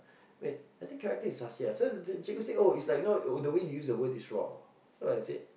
wait I think character is sahsiah so the cikgu said oh it's like you know the way you use the word is wrong so I said